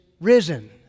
risen